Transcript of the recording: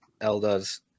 elders